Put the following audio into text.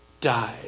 died